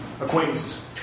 acquaintances